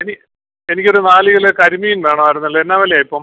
any എനിക്ക് ഒരു നാല് കിലോ കരിമീൻ വേണമായിരുന്നല്ലോ എന്നാ വിലയാണ് ഇപ്പം